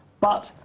but,